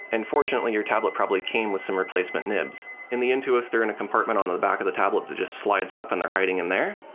and fortunately, your tablet probably came with some replacement nibs. in the intuos, they're in a compartment on the back of the tablet that just slides up and they're hiding in there.